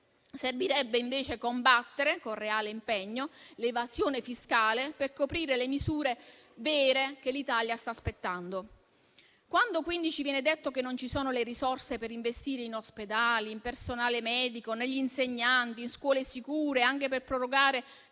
Servirebbe invece combattere con reale impegno l'evasione fiscale per coprire le misure vere che l'Italia sta aspettando. Quando ci viene detto che non ci sono le risorse per investire in ospedali, in personale medico, negli insegnanti, in scuole sicure e anche per prorogare